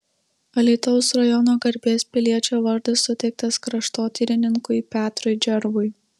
alytaus rajono garbės piliečio vardas suteiktas kraštotyrininkui petrui džervui